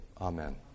amen